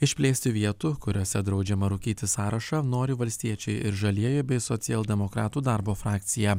išplėsti vietų kuriose draudžiama rūkyti sąrašą nori valstiečiai ir žalieji bei socialdemokratų darbo frakcija